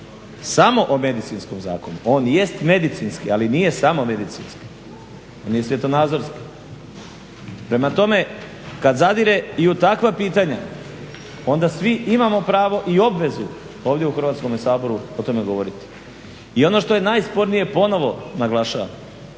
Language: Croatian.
samo o medicinskom zakonu, on jest medicinski ali nije samo medicinski, on je i svjetonazorski. Prema tome, kad zadire i u takva pitanja onda svi imamo pravo i obvezu ovdje u Hrvatskome saboru o tome govoriti. I ono što je najspornije, ponovno naglašavam,